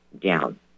down